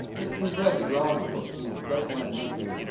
if you've read the grown up books, you doesn't that make you,